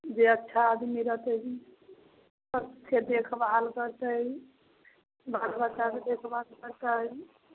जे अच्छा आदमी रहतै सबके देखभाल करतै बाल बच्चाके देखभाल करतै